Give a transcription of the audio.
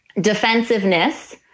defensiveness